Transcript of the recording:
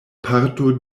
parto